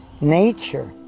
Nature